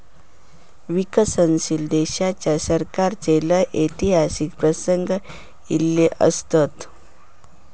विकसनशील देशाच्या सरकाराचे लय ऐतिहासिक प्रसंग ईले असत